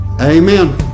Amen